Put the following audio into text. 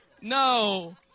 No